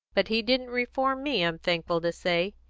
but he didn't reform me, i'm thankful to say,